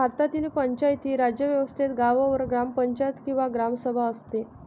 भारतातील पंचायती राज व्यवस्थेत गावावर ग्रामपंचायत किंवा ग्रामसभा असते